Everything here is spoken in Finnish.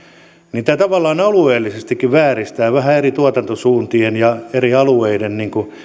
niin tämä tavallaan alueellisestikin vääristää vähän eri tuotantosuuntien ja eri alueiden